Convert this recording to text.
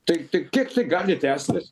tai tai kiek tai gali tęstis